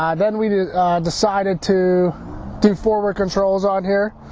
um then we decided to do forward controls on here.